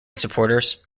supporters